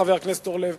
חבר הכנסת אורלב,